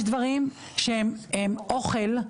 יש דברים שהם אוכל,